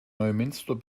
neumünster